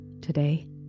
today